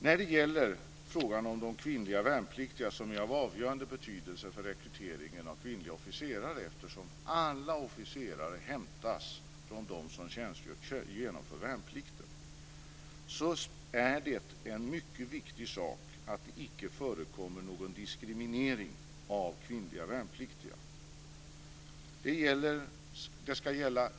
När det gäller frågan om de kvinnliga värnpliktiga, som är av avgörande betydelse för rekryteringen av kvinnliga officerare eftersom alla officerare hämtas från dem som genomför värnplikten, är det en mycket viktig sak att det inte förekommer någon diskriminering av kvinnliga värnpliktiga.